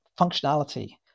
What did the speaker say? functionality